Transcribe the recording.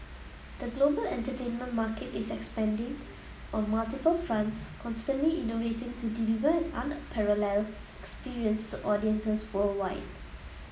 the global entertainment market is expanding on multiple fronts constantly innovating to deliver an unparalleled experience to audiences worldwide